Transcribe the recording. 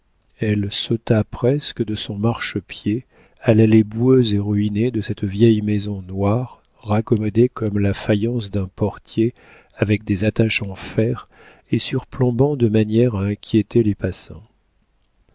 elle sauta presque de son marchepied à l'allée boueuse et ruinée de cette vieille maison noire raccommodée comme la faïence d'un portier avec des attaches en fer et surplombant de manière à inquiéter les passants